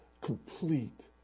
complete